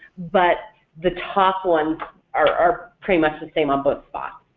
but the top ones are pretty much the same on both spots.